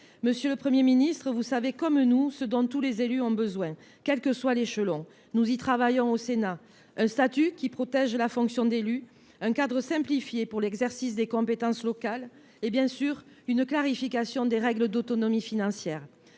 Monsieur le Premier ministre, vous savez comme nous ce dont tous les élus ont besoin, quel que soit l’échelon auquel ils exercent. Nous y travaillons au Sénat : un statut qui protège la fonction d’élu ; un cadre simplifié pour l’exercice des compétences locales ; une clarification, bien sûr, des règles d’autonomie financière.